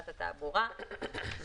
ומצד